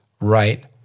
right